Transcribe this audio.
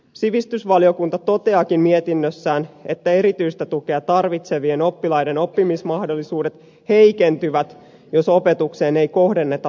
sivistysvaliokunta toteaakin mietinnössään että erityistä tukea tarvitsevien oppilaiden oppimismahdollisuudet heikentyvät jos opetukseen ei kohdenneta tarpeenmukaista resursointia